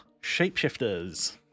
shapeshifters